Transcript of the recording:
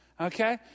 okay